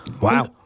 Wow